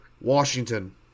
Washington